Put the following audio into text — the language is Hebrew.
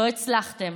לא הצלחתם